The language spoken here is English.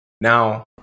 Now